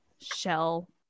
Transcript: shell